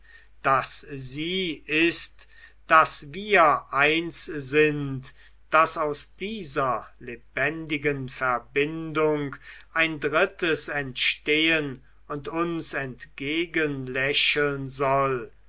daß sie ist daß wir eins sind daß aus dieser lebendigen verbindung ein drittes entstehen und uns entgegenlächeln soll